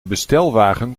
bestelwagen